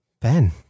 Ben